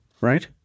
Right